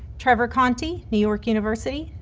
trevor konty, new york university,